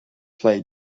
play